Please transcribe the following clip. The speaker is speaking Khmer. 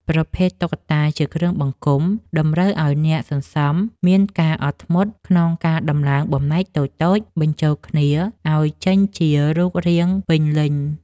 ប្រភេទ តុក្កតាជាគ្រឿងបង្គុំ តម្រូវឱ្យអ្នកសន្សំមានការអត់ធ្មត់ក្នុងការតម្លើងបំណែកតូចៗបញ្ចូលគ្នាឱ្យចេញជារូបរាងពេញលេញ។